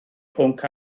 pwnc